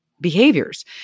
behaviors